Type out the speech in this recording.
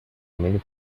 mil